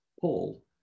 Paul